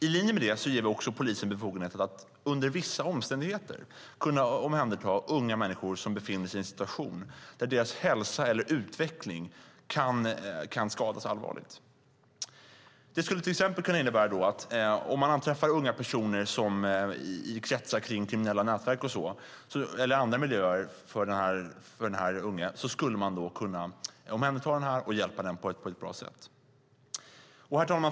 I linje med det ger vi nu också polisen befogenheter att under vissa omständigheter omhänderta unga människor som befinner sig i en situation där deras hälsa eller utveckling kan skadas allvarligt. Det skulle till exempel kunna innebära att om man anträffar unga personer i kretsar kring kriminella nätverk eller i andra liknande miljöer kan man omhänderta och hjälpa dem på ett bra sätt. Herr talman!